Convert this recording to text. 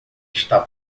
está